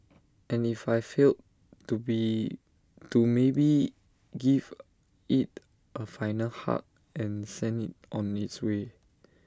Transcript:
and if I failed to be to maybe give IT A final hug and send IT on its way